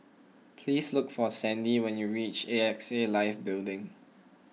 please look for Sandi when you reach A X A Life Building